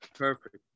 perfect